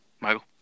Michael